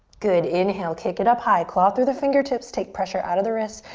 good, inhale, kick it up high. claw through the fingertips, take pressure out of the wrists.